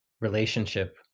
relationship